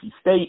State